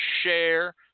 share